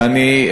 ואני,